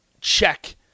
check